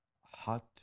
hot